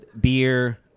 Beer